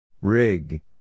Rig